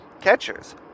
catchers